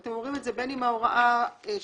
אתם אומרים את זה בין אם ההוראה שבתקן